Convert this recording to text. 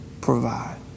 provide